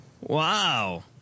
Wow